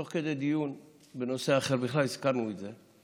תוך כדי דיון בנושא אחר בכלל, הזכרנו את זה.